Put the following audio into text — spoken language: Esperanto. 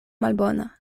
malbona